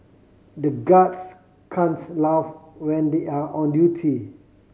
the guards can't laugh when they are on duty